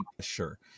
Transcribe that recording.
sure